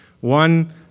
One